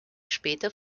später